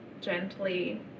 gently